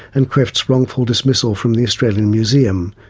and krefft's wrongful dismissal from the australian museum.